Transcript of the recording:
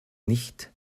nicht